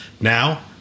Now